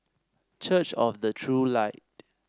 Church of the True Light